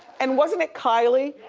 and wasn't it kylie,